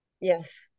Yes